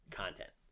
content